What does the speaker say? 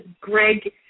Greg